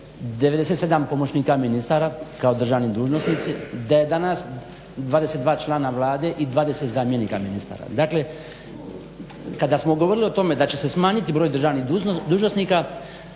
97 pomoćnika ministara kao državni dužnosnici, da je danas 22 člana Vlade i 20 zamjenika ministara. Dakle, kada smo govorili o tome da će se smanjiti broj državnih dužnosnika